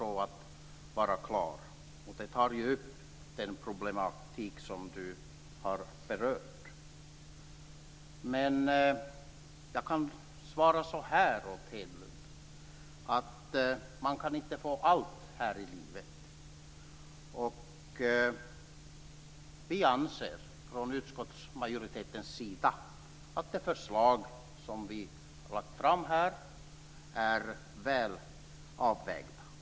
Den tar upp den problematik som Carl Erik Hedlund har berört. Jag kan svara Hedlund så här: Man kan inte få allt här livet. Vi från utskottsmajoritetens sida anser att de förslag som vi har lagt fram är väl avvägda.